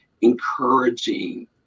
encouraging